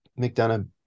McDonough